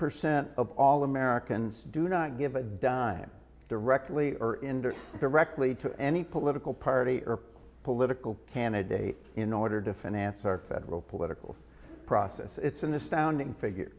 percent of all americans do not give a dime directly or indirectly directly to any political party or political candidate in order to finance our federal political process it's an astounding figure